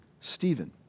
Stephen